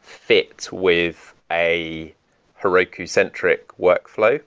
fit with a heroku-centric workflow.